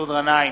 מסעוד גנאים,